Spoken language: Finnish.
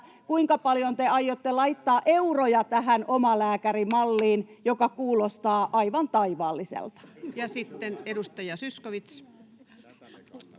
kuinka paljon te aiotte laittaa euroja tähän omalääkärimalliin, joka kuulostaa aivan taivaalliselta?